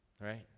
right